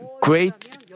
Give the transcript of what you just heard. great